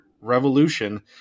revolution